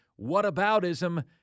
whataboutism